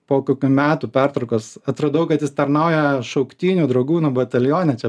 po kokių metų pertraukos atradau kad jis tarnauja šauktiniu dragūnų batalione čia